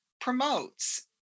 promotes